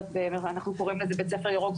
אנחנו קוראים לזה בית ספר ירוק,